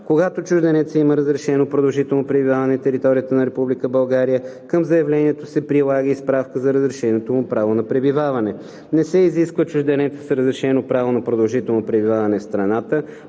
Когато чужденецът има разрешено продължително пребиваване на територията на Република България, към заявлението се прилага и справка за разрешеното му право на пребиваване. Не се изисква чужденецът с разрешено право на продължително пребиваване в страната